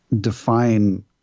define